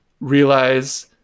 realize